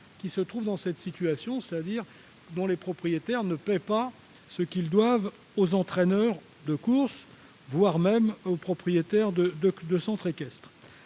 se trouvent dans cette situation : leurs propriétaires ne paient pas ce qu'ils doivent aux entraîneurs de course ou aux propriétaires de centres équestres.